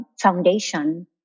foundation